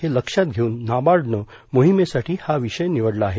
हे लक्षात घेऊन नाबार्ड ने मोहिमेसाठी हा विषय निवडला आहे